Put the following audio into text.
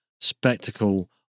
spectacle